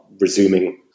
resuming